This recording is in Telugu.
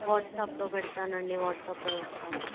వాట్సప్లో పెడతానండి వాట్సప్లో పెడతాను